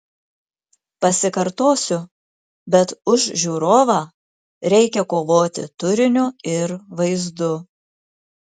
pasikartosiu bet už žiūrovą reikia kovoti turiniu ir vaizdu